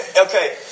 Okay